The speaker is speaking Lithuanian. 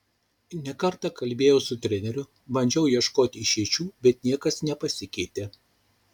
ne kartą kalbėjau su treneriu bandžiau ieškoti išeičių bet niekas nepasikeitė